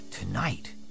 Tonight